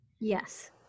yes